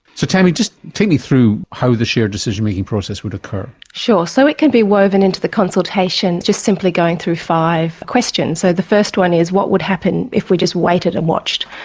so tammy, just take me through how the shared decision making process would occur. sure. so it can be woven into the consultation, just simply going through five questions. so the first one is what would happen if we just waited and watched,